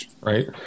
Right